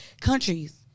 countries